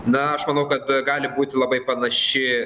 na aš manau kad gali būti labai panaši